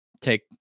take